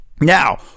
Now